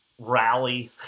rally